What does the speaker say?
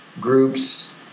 groups –